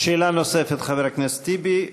שאלה נוספת לחבר הכנסת טיבי,